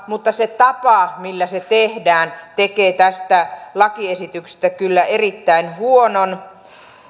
mutta se tapa millä se tehdään tekee tästä lakiesityksestä kyllä erittäin huonon